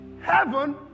Heaven